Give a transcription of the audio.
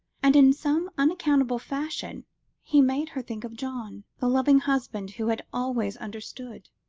and in some unaccountable fashion he made her think of john, the loving husband who had always understood.